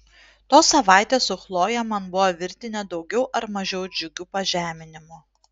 tos savaitės su chloje man buvo virtinė daugiau ar mažiau džiugių pažeminimų